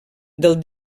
del